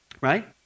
Right